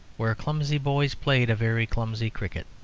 where clumsy boys played a very clumsy cricket.